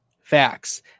Facts